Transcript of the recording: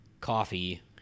coffee